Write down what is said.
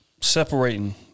separating